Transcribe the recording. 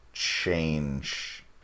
change